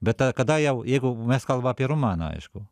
bet kada jau jeigu mes kalba apie romaną aišku